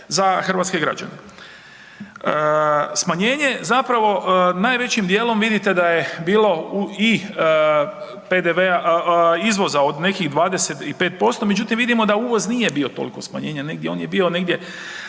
za hrvatske građane. Smanjenje zapravo najvećim dijelom vidite da je bilo u i PDV-a izvoza od nekih 25%, međutim vidimo da uvoz nije bio toliko smanjenje negdje on je bio negdje